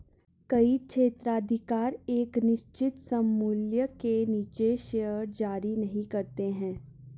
कई क्षेत्राधिकार एक निश्चित सममूल्य से नीचे शेयर जारी नहीं करते हैं